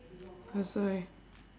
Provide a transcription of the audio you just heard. that's why